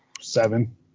Seven